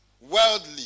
worldly